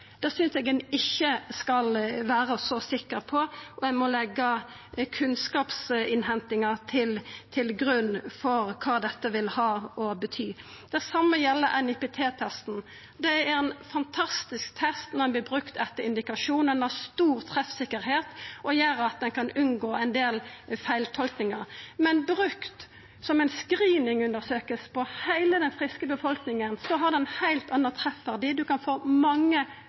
Det synest eg ein ikkje skal vera så sikker på – ein må leggja kunnskapsinnhentinga til grunn for kva dette vil ha å bety. Det same gjeld NIPT-testen. Det er ein fantastisk test når han vert brukt ved indikasjon, han har stor treffsikkerheit og gjer at ein kan unngå ein del feiltolkingar. Men brukt som ei screeningundersøking på heile den friske befolkninga har han ein heilt annan treffverdi – ein kan få mange